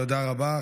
תודה רבה.